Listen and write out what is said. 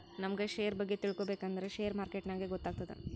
ನಮುಗ್ ಶೇರ್ ಬಗ್ಗೆ ತಿಳ್ಕೋಬೇಕ್ ಅಂದುರ್ ಶೇರ್ ಮಾರ್ಕೆಟ್ನಾಗೆ ಗೊತ್ತಾತ್ತುದ